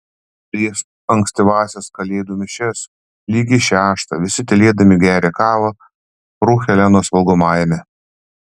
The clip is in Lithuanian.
prieš ankstyvąsias kalėdų mišias lygiai šeštą visi tylėdami geria kavą fru helenos valgomajame